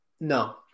No